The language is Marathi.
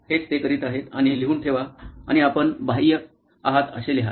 हेच ते करीत आहेत आणि लिहून ठेवा आणि आपण बाह्य आहात असे लिहा